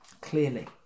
clearly